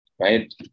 right